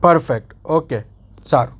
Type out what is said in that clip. perfect okay સારું